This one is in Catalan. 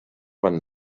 van